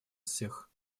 всех